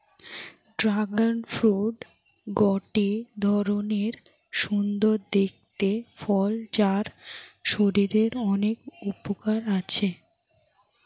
dragon fruit গটে ধরণের সুন্দর দেখতে ফল যার শরীরের অনেক উপকার আছে